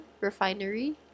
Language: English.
Refinery